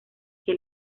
que